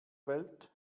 welt